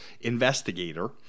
investigator